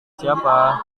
siapa